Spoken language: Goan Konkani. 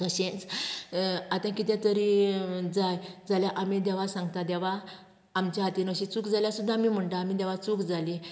तशेंच आता कितें तरी जाय जाल्यार आमी देवा सांगता देवा आमच्या हातीन अशी चूक जाल्या सुद्दां आमी म्हणटा आमी देवा चूक जाली